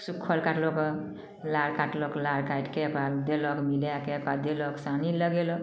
सुक्खल काटलकै लार काटलक लारि काटिके ओकरा देलक मिलाएके अपन देलक सानी लगेलक